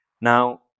Now